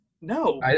No